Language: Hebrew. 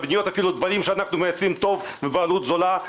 אפילו דברים שאנחנו מייצרים היטב ובעלות זולה,